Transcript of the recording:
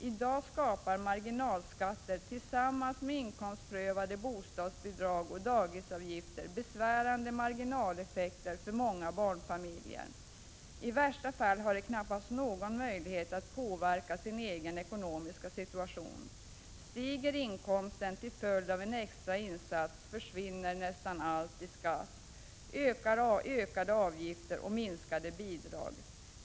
I dag skapar marginalskatter tillsammans med inkomstprövade bostadsbidrag och dagisavgifter besvärande marginaleffekter för många barnfamiljer. I värsta fall har de knappast någon möjlighet att påverka sin egen ekonomiska situation. Stiger inkomsten till följd av en extra insats försvinner nästan allt i skatt, ökade avgifter och minskade bidrag.